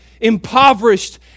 impoverished